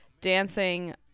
dancing